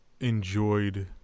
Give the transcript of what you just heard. enjoyed